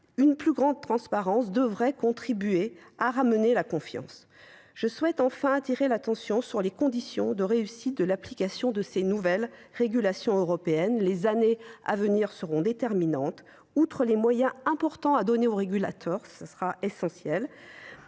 Une plus grande transparence devrait contribuer à rétablir la confiance. Je souhaite enfin attirer l’attention sur les conditions de réussite des nouvelles régulations européennes. Les années à venir seront déterminantes. Au delà des moyens importants à donner aux régulateurs et autorités